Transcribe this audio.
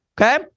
Okay